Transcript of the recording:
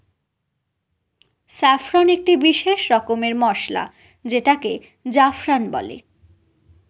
saffron একটি বিশেষ রকমের মসলা যেটাকে জাফরান বলে